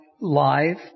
live